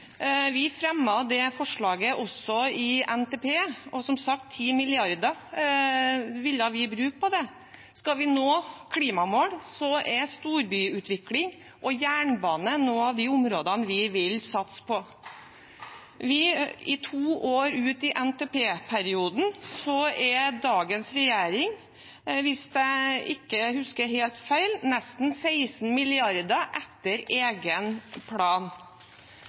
Vi fremmet det forslaget også i NTP, og som sagt ville vi bruke 10 mrd. kr på det. Skal vi nå klimamål, er storbyutvikling og jernbane noen av de områdene vi vil satse på. To år ut i NTP-perioden er dagens regjering – hvis jeg ikke husker helt feil – nesten 16 mrd. kr etter egen plan.